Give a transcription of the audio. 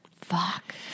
Fuck